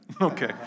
Okay